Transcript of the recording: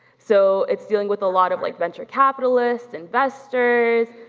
so it's dealing with a lot of like venture capitalists, investors,